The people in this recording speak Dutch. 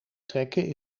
trekken